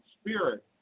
spirit